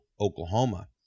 Oklahoma